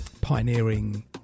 pioneering